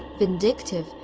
vindictive,